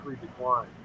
decline